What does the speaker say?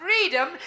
freedom